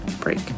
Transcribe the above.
break